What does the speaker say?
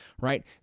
right